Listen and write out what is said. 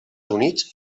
units